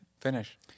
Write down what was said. finish